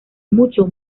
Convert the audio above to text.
mucho